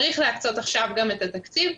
צריך להקצות עכשיו גם את התקציב.